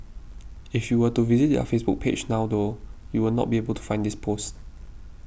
if you were to visit their Facebook page now though you will not be able to find this post